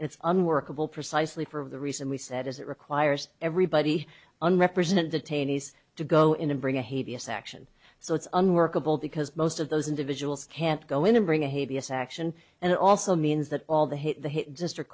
it's unworkable precisely for of the reason we set as it requires everybody an represent detainees to go in and bring a hevia section so it's unworkable because most of those individuals can't go in and bring a hey vs action and it also means that all the hit the hit district